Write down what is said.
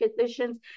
physicians